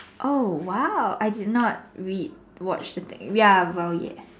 oh !wow! I did not rewatch the thing ya well ya